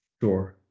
Sure